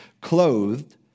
clothed